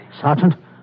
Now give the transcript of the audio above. Sergeant